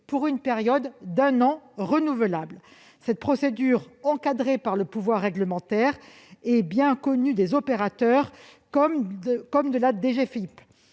pour une période d'un an renouvelable. Cette procédure, encadrée par le pouvoir réglementaire, est bien connue des opérateurs comme de la DGFiP,